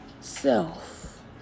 self